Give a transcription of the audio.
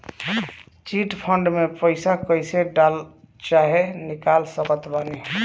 Chit fund मे पईसा कईसे डाल चाहे निकाल सकत बानी?